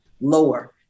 lower